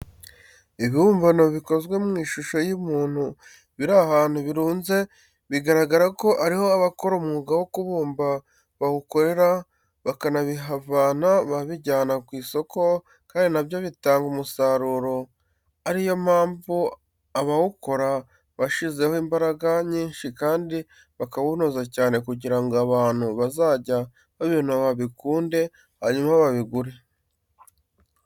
Ibibumbano bikoze mu ishusho y'umuntu biri ahantu birunze, bigaragara ko ariho abakora umwuga wo kubumba bawukorera bakabihavana babijyana ku isoko kandi na byo bitanga umusaruro, ari yo mpamvu abawokora bashyizemo imbaraga nyinshi kandi bakawunoza cyane kugira ngo abantu bazajye babibona babikunde hanyuma babigure.